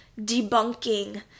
debunking